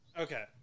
Okay